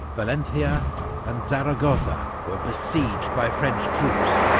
valencia and zaragosa were besieged by french troops,